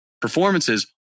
performances